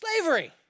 Slavery